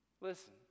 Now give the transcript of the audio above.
Listen